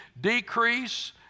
decrease